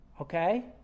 Okay